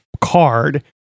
card